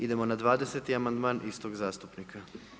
Idemo na 20.-ti amandman istog zastupnika.